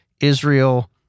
Israel